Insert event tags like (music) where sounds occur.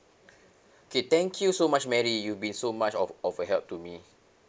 (breath) okay thank you so much mary you've been so much of of a help to me